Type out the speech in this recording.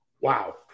Wow